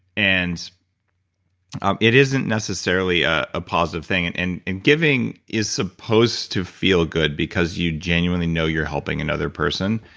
and it isn't necessarily a ah positive thing, and and and giving is supposed to feel good because you genuinely know you're helping another person,